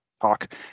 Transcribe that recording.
talk